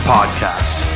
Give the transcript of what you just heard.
Podcast